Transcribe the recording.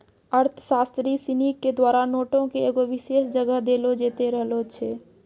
अर्थशास्त्री सिनी के द्वारा नोटो के एगो विशेष जगह देलो जैते रहलो छै